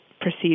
proceed